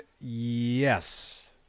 Yes